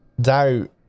doubt